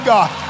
God